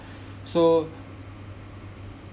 so